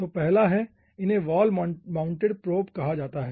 तो पहला है इन्हें वॉल माउंटेड प्रोब कहा जाता है